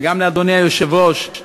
וגם לאדוני היושב-ראש,